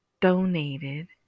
donated